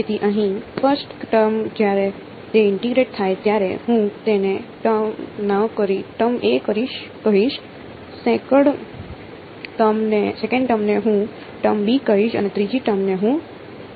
તેથી અહીં first term જ્યારે તે ઇન્ટીગ્રેટ થાય ત્યારે હું તેને ટર્મ a કહીશ સેકંડ ટર્મને હું ટર્મ b કહીશ અને ત્રીજી ટર્મને અહીં હું ટર્મ c કહીશ